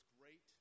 great